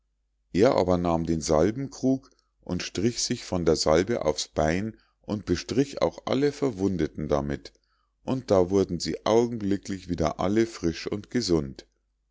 er aber nahm den salbenkrug und strich sich von der salbe aufs bein und bestrich auch alle verwundeten damit und da wurden sie augenblicklich alle wieder frisch und gesund